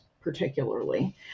particularly